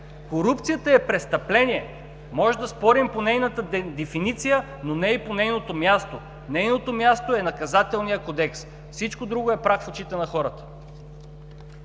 корупцията е престъпление. Може да спорим по нейната дефиниция, но не и по нейното място. Нейното място е в Наказателния кодекс. Всичко друго е прах в очите на хората.